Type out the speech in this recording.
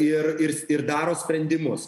ir ir ir daro sprendimus